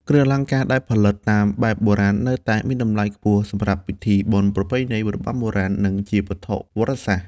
គ្រឿងអលង្ការដែលផលិតតាមបែបបុរាណនៅតែមានតម្លៃខ្ពស់សម្រាប់ពិធីបុណ្យប្រពៃណី របាំបុរាណ និងជាវត្ថុប្រវត្តិសាស្ត្រ។